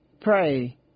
pray